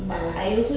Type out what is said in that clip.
mm